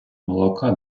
молока